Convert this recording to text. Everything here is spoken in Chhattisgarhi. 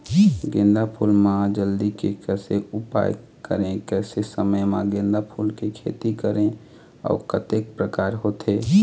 गेंदा फूल मा जल्दी के कैसे उपाय करें कैसे समय मा गेंदा फूल के खेती करें अउ कतेक प्रकार होथे?